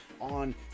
on